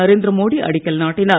நரேந்திர மோடி அடிக்கல் நாட்டினார்